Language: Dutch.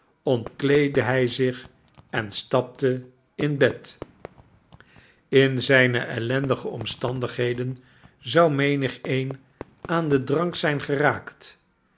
ontkleedde hij zich en stapte in bed in zijne ellendige omstandigheden zou menigeen aan den drank zijn geraakt